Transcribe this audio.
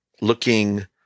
looking